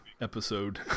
episode